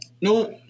no